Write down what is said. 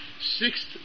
sixth